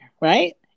right